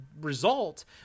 result